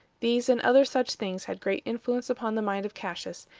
these and other such things had great influence upon the mind of cassius,